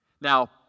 Now